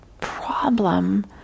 problem